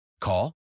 Call